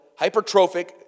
hypertrophic